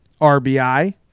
RBI